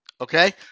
okay